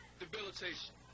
debilitation